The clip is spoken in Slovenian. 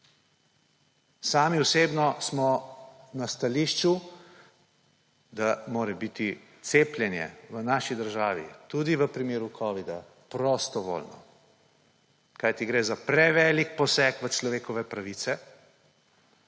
Sami osebno smo na stališču, da mora biti cepljenje v naši državi tudi v primeru covida prostovoljno, kajti gre za prevelik poseg v človekove pravice